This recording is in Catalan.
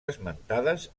esmentades